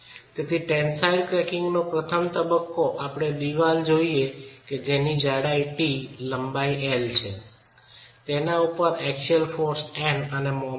તેથી ટેન્સિલ ક્રેકીંગનો પ્રથમ તબકકે આપણે દિવાલ જોઈએ કે જેની જાડાઈ t લંબાઈ l છે તેના ઉપર એક્સિયલ બળ N અને મોમેન્ટ M